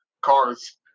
cars